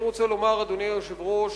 אני רוצה לומר, אדוני היושב-ראש,